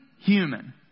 human